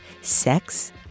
sex